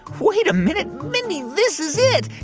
wait a minute. mindy, this is it.